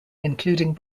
including